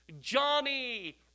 Johnny